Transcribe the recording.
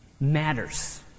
Matters